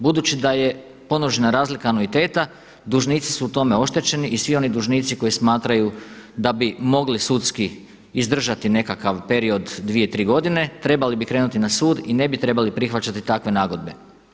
Budući da je ponuđena razlika anuiteta, dužnici su u tome oštećeni i svi oni dužnici koji smatraju da bi mogli sudski izdržati nekakav period dvije, tri godine, trebali bi krenuti na sud i ne bi trebali prihvaćati takve nagodbe.